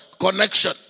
connection